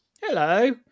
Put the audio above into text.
Hello